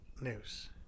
news